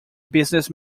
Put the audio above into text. business